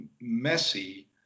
messy